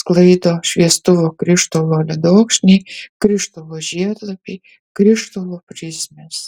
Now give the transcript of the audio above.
skaido šviestuvo krištolo ledokšniai krištolo žiedlapiai krištolo prizmės